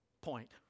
point